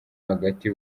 hagati